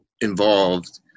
involved